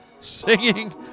singing